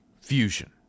fusion